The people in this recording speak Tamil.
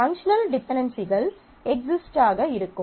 எனவே பங்க்ஷனல் டிபென்டென்சிகள் எக்சிஸ்ட் ஆக இருக்கும்